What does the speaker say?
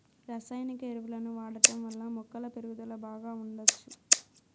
రసాయనిక ఎరువులను వాడటం వల్ల మొక్కల పెరుగుదల బాగా ఉండచ్చు